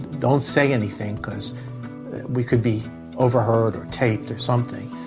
don't say anything because we could be overheard or taped or something.